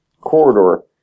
corridor